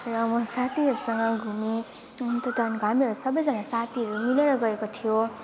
र म साथीहरूसँग घुमेँ अन्त त्यहाँदेखिको हामीहरू सबैजना साथीहरू मिलेर गएको थियौँ